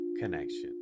connection